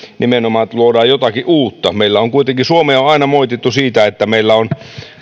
nimenomaan siitä että luodaan jotakin uutta suomea on aina moitittu siitä että meillä on